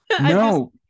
no